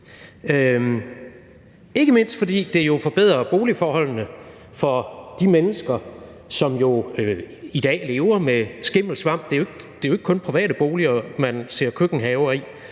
ikke mindst fordi det jo forbedrer boligforholdene for de mennesker, som jo i dag lever med skimmelsvamp – det er jo ikke kun i private boliger, man ser køkkenhaver;